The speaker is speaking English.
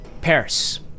Paris